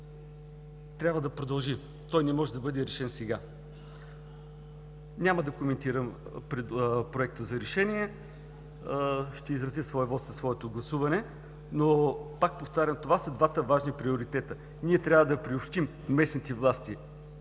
трябва да продължи. Той не може да бъде решен сега. Няма да коментирам Проекта за решение. Ще изразя своя вот със своето гласуване. Повтарям, това са двата важни приоритета. Ние трябва да приобщим местните власти